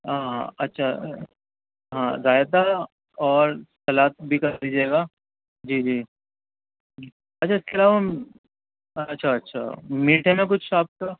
ہاں اچھا ہاں رایتا اور سلاد بھی کر دیجیے گا جی جی اچھا اِس کے علاوہ اچھا اچھا میٹھے میں کچھ آپ کا